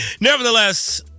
nevertheless